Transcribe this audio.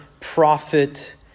prophet